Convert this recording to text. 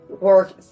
work